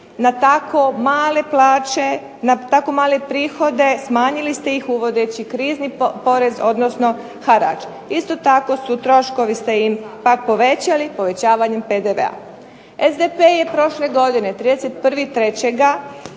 na tako male prihode smanjili ste ih uvodeći krizni porez, odnosno harač. Isto tako su im se troškovi povećali povećavanjem PDV-a. SDP je prošle godine 31.